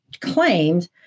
claims